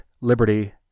liberty